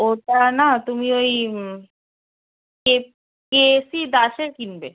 ওটা না তুমি ওই কে কে এসি দাসের কিনবে